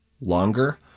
longer